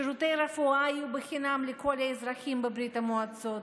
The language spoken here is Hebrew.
שירותי הרפואה היו בחינם לכל האזרחים בברית המועצות.